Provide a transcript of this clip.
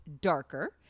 darker